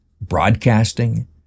broadcasting